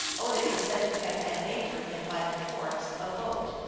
odin is said to have had made for him by the dwarfs a boat,